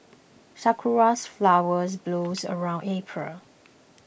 sakura flowers bloom around April